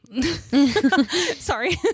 sorry